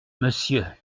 monsieur